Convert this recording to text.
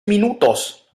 minutos